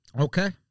Okay